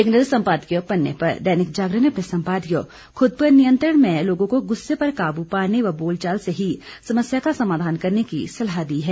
एक नजर संपादकीय पन्ने पर दैनिक जागरण ने अपने संपादकीय खुद पर नियंत्रण में लोगों को गुस्से पर काबू पाने व बोलचाल से ही समस्या का समाधान करने की सलाह दी है